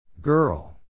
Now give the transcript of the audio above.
Girl